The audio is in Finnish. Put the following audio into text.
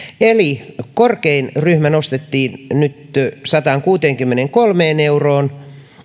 eli korkein ryhmä nostettiin nyt sataankuuteenkymmeneenkolmeen euroon